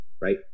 right